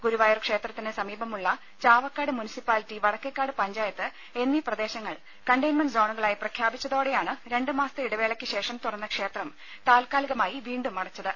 ഗുരുവായൂർ ക്ഷേത്രത്തിന് സമീപമുളള ചാവക്കാട് മുനിസിപ്പാലിറ്റി വടക്കേകാട് പഞ്ചായത്ത് എന്നീ പ്രദേശങ്ങൾ കണ്ടയെന്റ്മെന്റ് സോണുകളായി പ്രഖ്യാപിച്ചതോടെയാണ് രണ്ട് മാസത്തെ ഇടവേളയ്ക്ക് ശേഷം തുറന്ന ക്ഷേത്രം താൽക്കാലികമായി വീണ്ടും അടച്ചത്